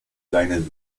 seine